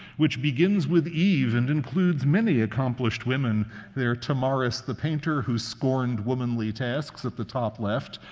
which begins with eve and includes many accomplished women there tamaris, the painter, who scorned womanly tasks, at the top left,